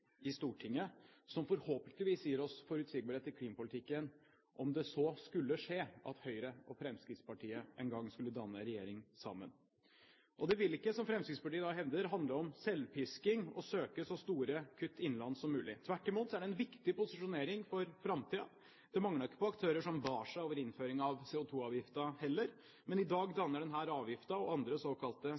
i Stortinget, som forhåpentligvis gir oss forutsigbarhet i klimapolitikken, om det så skulle skje at Høyre og Fremskrittspartiet en gang skulle danne regjering sammen. Det vil ikke, som Fremskrittspartiet da hevder, handle om selvpisking å søke så store kutt innenlands som mulig. Tvert imot er det en viktig posisjonering for framtiden. Det manglet ikke på aktører som bar seg for innføringen av CO2-avgiften, heller, men i dag danner denne avgiften og andre såkalte